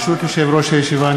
ברשות יושב-ראש הישיבה,